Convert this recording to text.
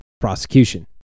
prosecution